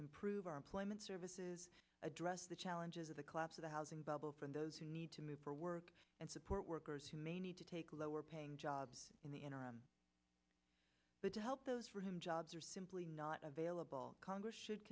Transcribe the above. improve our employment services address the challenges of the collapse of the housing bubble for those who need to move for work and support workers who may need to take lower paying jobs in the interim but to help those for whom jobs are simply not available congress should